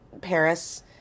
Paris